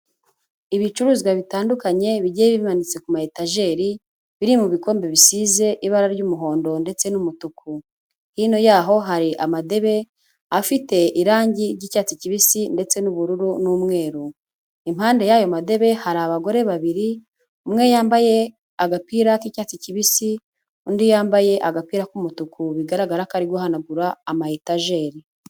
Ibicuruzwa bitandukanye bigiye bimanitse kuma etajeri biri mu bikombe bisize ibara ry'umuhondo ndetse n'umutuku; hino yaho hari amadebe afite irangi ry'icyatsi kibisi ndetse n'ubururu n'umweru; impande y'ayo madebe hari abagore babiri umwe yambaye agapira k'icyatsi kibisi; undi yambaye agapira k'umutuku bigaragara ko ari guhanagura ama etajeri.